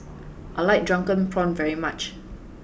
I like Drunken Prawns very much